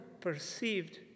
perceived